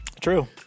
true